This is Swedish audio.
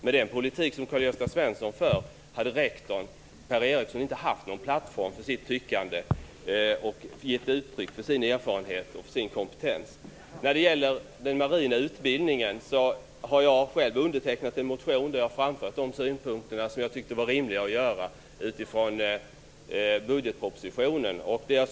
Med Karl-Gösta Svensons politik hade rektor Per Eriksson inte haft någon plattform för sina åsikter och kunnat ge uttryck för sin erfarenhet och sin kompetens. När det gäller den marina utbildningen har jag undertecknat en motion där jag har framfört de synpunkter som jag tyckte var rimliga att framföra utifrån budgetpropositionen.